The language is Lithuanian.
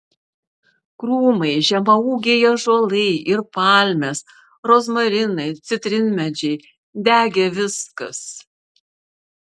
krūmai žemaūgiai ąžuolai ir palmės rozmarinai citrinmedžiai degė viskas